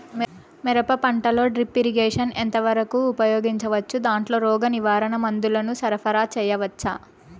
మిరప పంటలో drip irrigation ఎంత వరకు ఉపయోగించవచ్చు, దాంట్లో రోగ నివారణ మందుల ను సరఫరా చేయవచ్చా?